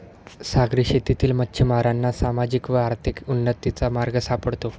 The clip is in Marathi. सागरी शेतीतील मच्छिमारांना सामाजिक व आर्थिक उन्नतीचा मार्ग सापडतो